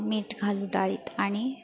मीठ घालू डाळीत आणि